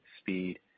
speed